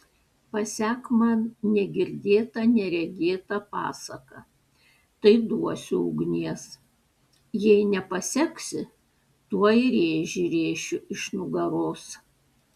pasek man negirdėtą neregėtą pasaką tai duosiu ugnies jei nepaseksi tuoj rėžį rėšiu iš nugaros